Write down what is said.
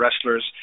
wrestlers